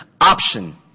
option